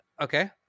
Okay